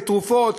לתרופות,